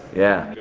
yeah.